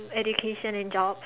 education and jobs